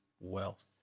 wealth